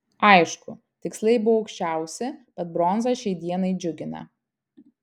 aišku tikslai buvo aukščiausi bet bronza šiai dienai džiugina